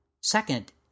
Second